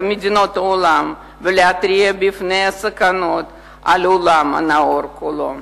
מדינות העולם ולהתריע מפני הסכנות על העולם הנאור כולו.